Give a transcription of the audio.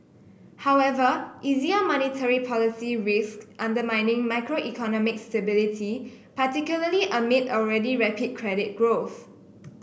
however easier monetary policy risks undermining macroeconomic stability particularly amid already rapid credit growth